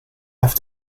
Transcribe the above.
have